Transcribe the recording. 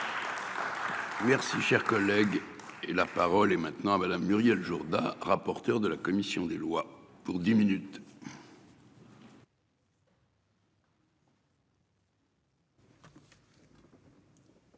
Merci cher collègue. Et la parole est maintenant à Madame, Muriel Jourda, rapporteur de la commission des lois pour 10 minutes.